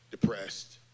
depressed